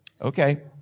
Okay